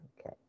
Okay